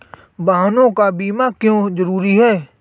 वाहनों का बीमा क्यो जरूरी है?